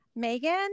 Megan